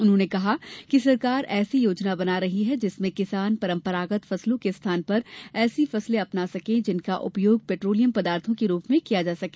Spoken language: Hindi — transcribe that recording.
उन्होंने कहा कि सरकार ऐसी योजना बना रही है जिसमें किसान परंपरागत फसलों के स्थान पर ऐसी फसलें अपना सकें जिनका उपयोग पेट्रोलियम पदार्थो के रूप में किया जा सके